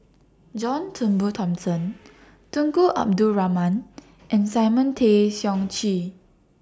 John Turnbull Thomson Tunku Abdul Rahman and Simon Tay Seong Chee